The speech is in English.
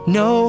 no